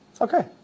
Okay